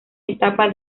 etapa